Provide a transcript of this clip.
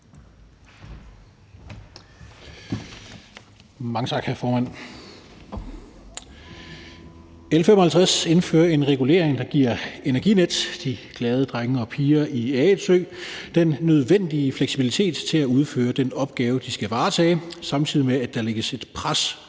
Mange tak, hr. formand. Med L 55 indføres en regulering, der giver Energinet, de glade drenge og piger i Erritsø, den nødvendige fleksibilitet til at udføre den opgave, de skal varetage, samtidig med at der lægges et pres